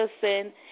person